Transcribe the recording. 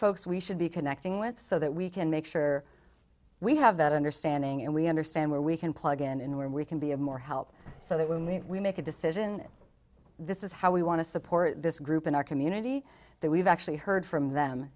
folks we should be connecting with so that we can make sure we have that understanding and we understand where we can plug in and where we can be of more help so that when we make a decision that this is how we want to support this group in our community that we've actually heard from them